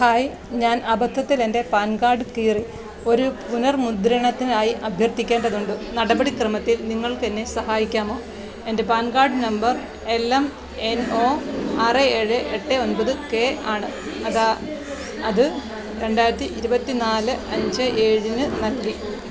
hi ഞാൻ അബദ്ധത്തിലെൻ്റെ PAN card കീറി ഒരു പുനർമുദ്രണത്തിനായി അഭ്യർത്ഥിക്കേണ്ടതുണ്ട് നടപടിക്രമത്തിൽ നിങ്ങൾക്കെന്നെ സഹായിക്കാമോ എൻ്റെ PAN card number L M N O ആറ് ഏഴ് എട്ട് ഒൻപത് കെ ആണ് അതാ അത് രണ്ടായിരത്തി ഇരുപത്തി നാല് അഞ്ച് ഏഴിന് നൽകി